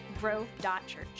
grove.church